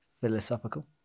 Philosophical